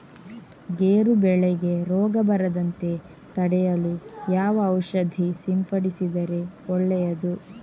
ಗೇರು ಬೆಳೆಗೆ ರೋಗ ಬರದಂತೆ ತಡೆಯಲು ಯಾವ ಔಷಧಿ ಸಿಂಪಡಿಸಿದರೆ ಒಳ್ಳೆಯದು?